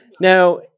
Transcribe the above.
Now